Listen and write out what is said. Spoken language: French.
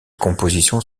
compositions